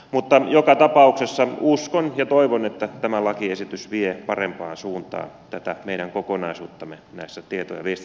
mutta joka tapauksessa uskon ja toivon että tämä lakiesitys vie parempaan suuntaan tätä meidän kokonaisuuttamme näissä tieto ja viestintäjärjestelmissä